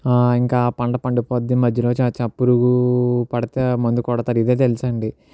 ఇంకా పంట పండి పోద్ది మధ్యలో చా చ పురుగు పడితే మందు కొడతారు ఇదే తెలుసండీ